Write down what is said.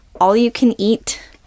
all-you-can-eat